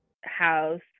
house